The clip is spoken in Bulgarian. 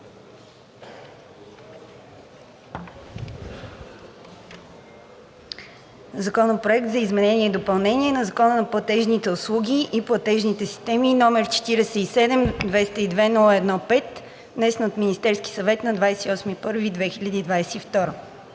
Законопроект за изменение и допълнение на Закона за платежните услуги и платежните системи, № 47-202-01-5, внесен от Министерския съвет на 28